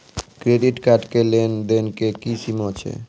Credit card के लेन देन के की सीमा छै?